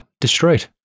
destroyed